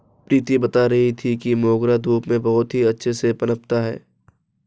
प्रीति बता रही थी कि मोगरा धूप में बहुत ही अच्छे से पनपता है